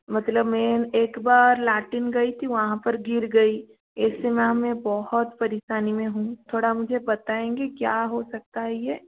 मतलब मैं एक बार लैट्रिन गई थी वहाँ पर गिर गई इससे मैम मैं बहुत परेशान में हूँ थोड़ा मुझे बताएंगी क्या हो सकता है ये